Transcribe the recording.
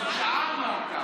אבל שעה אמרת,